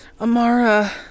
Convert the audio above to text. Amara